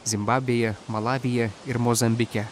zimbabvėje malavyje ir mozambike